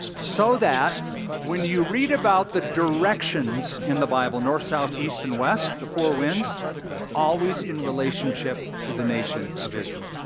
so that when you read about the directions in the bible north, south, east, and west the four winds it's always in relationship to the nation of israel.